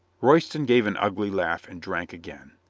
royston gave an ugly laugh and drank again.